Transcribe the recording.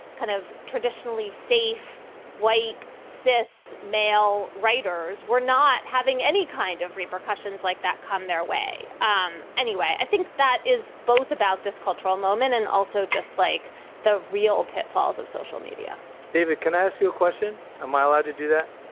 kind of traditionally safe white cis male writers were not having any kind of repercussions like that come their way. um anyway, i think that is both about this cultural moment and also just like the real pitfalls of social media david, can i ask you a question? am i allowed to do that?